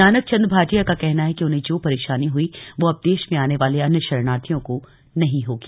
नानक चंद भाटिया का कहना है कि उन्हें जो परेशानी हुई वो अब देश में आने वाले अन्य शरणार्थियों को नहीं होगी